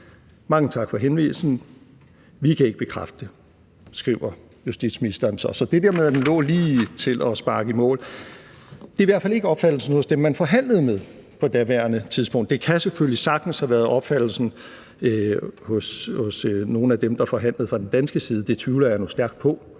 Mange tak for henvisningen. Vi kan ikke bekræfte det. Det skriver justitsministeren så. Så det der med, at den lå lige til at sparke i mål, er i hvert fald ikke opfattelsen hos dem, man forhandlede med på daværende tidspunkt. Det kan selvfølgelig sagtens have været opfattelsen hos nogle af dem, der forhandlede fra den danske side. Det tvivler jeg nu stærkt på.